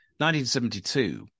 1972